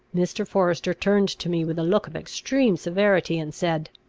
mr. forester turned to me with a look of extreme severity, and said